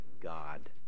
God